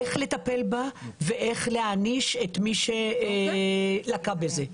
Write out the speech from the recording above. איך לטפל בה ואיך להעניש את מי שלקה בזה.